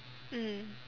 mm